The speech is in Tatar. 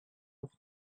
рус